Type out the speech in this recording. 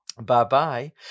Bye-bye